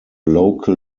local